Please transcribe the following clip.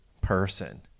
Person